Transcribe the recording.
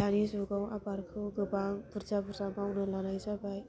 दानि जुगाव आबादखौ गोबां बुरजा बुरजा मावनो लानाय जाबाय